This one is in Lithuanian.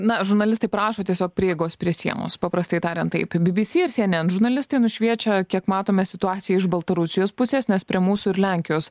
na žurnalistai prašo tiesiog prieigos prie sienos paprastai tariant taip bbc ir cnn žurnalistai nušviečia kiek matome situaciją iš baltarusijos pusės nes prie mūsų ir lenkijos